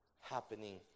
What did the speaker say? happening